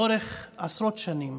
לאורך עשרות שנים